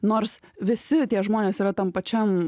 nors visi tie žmonės yra tam pačiam